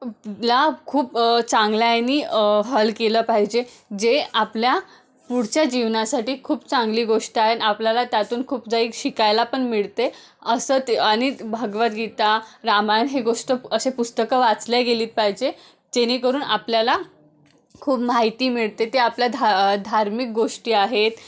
ला खूप चांगल्यानी हल केलं पाहिजे जे आपल्या पुढच्या जीवनासाठी खूप चांगली गोष्ट आहे आपल्याला त्यातून खूप काही शिकायला पण मिळते असं ते आणि भगवद्गीता रामायण हे गोष्ट असे पुस्तकं वाचल्या गेले पाहिजे जेणेकरून आपल्याला खूप माहिती मिळते ती आपल्या धा धार्मिक गोष्टी आहेत